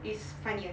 it's funnier